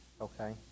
Okay